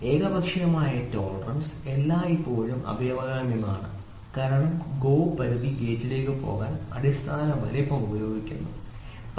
ഏകപക്ഷീയമായ ടോളറൻസ് എല്ലായ്പ്പോഴും അഭികാമ്യമാണ് കാരണം GO പരിധി ഗേജിലേക്ക് പോകാൻ അടിസ്ഥാന വലുപ്പം ഉപയോഗിക്കുന്നു ശരി